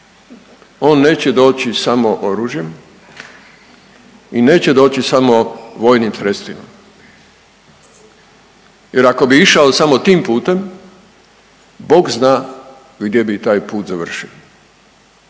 on neće doći samo oružjem i neće doći samo vojnim sredstvima jer ako bi išao samo tim putem, Bog zna gdje bi taj put završio